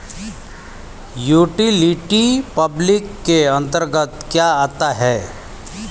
Utility public के अंतर्गत क्या आता है?